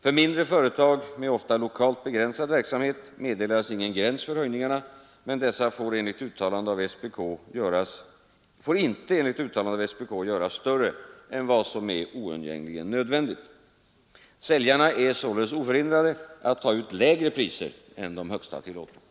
För mindre företag, med ofta lokalt begränsad verksamhet, meddelades ingen gräns för höjningarna, men dessa får inte enligt uttalande av SPK göras större än vad som är oundgängligen nödvändigt. Säljarna är således oförhindrade att ta ut lägre priser än de högsta tillåtna.